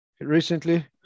recently